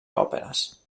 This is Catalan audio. òperes